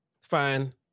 Fine